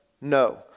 No